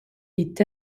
est